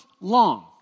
long